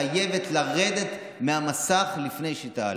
חייבת לרדת מהמסך לפני שהיא תעלה.